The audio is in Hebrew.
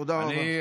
תודה רבה.